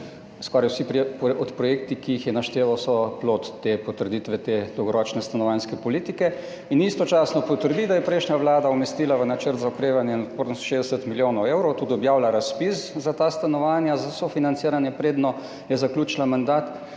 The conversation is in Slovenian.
Skoraj vsi projekti, ki jih je našteval, so plod te potrditve, te dolgoročne stanovanjske politike. Istočasno potrdi, da je prejšnja vlada umestila v Načrt za okrevanje in odpornost 60 milijonov evrov, objavila tudi razpis za ta stanovanja za sofinanciranje, preden je zaključila mandat,